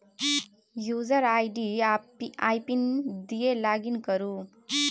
user ID आ I pin दए login करु